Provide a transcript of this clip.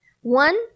One